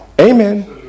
Amen